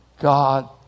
God